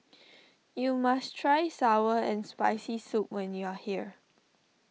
you must try Sour and Spicy Soup when you are here